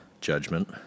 judgment